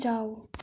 जाऊ